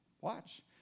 Watch